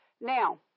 Now